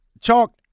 Chalk